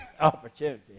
opportunity